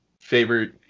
favorite